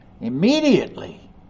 Immediately